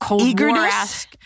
Eagerness